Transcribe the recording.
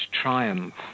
triumph